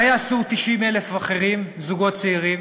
מה יעשו 90,000 האחרים, זוגות צעירים?